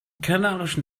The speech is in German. kanarischen